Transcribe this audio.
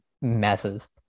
messes